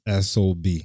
SOB